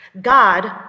God